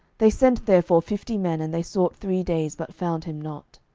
they sent therefore fifty men and they sought three days, but found him not.